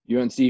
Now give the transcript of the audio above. UNC